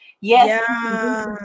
yes